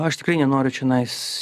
aš tikrai nenoriu čionais